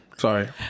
Sorry